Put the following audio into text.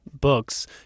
books